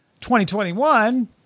2021